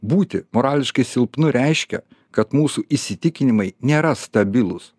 būti morališkai silpnu reiškia kad mūsų įsitikinimai nėra stabilūs